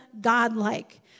godlike